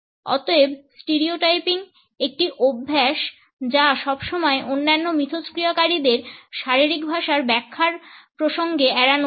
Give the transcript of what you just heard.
অতএব স্টিরিওটাইপিং একটি অভ্যাস যা সবসময় অন্যান্য মিথষ্ক্রিয়াকারীদের শারীরিক ভাষার ব্যাখ্যার প্রসঙ্গে এড়ানো উচিত